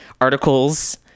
articles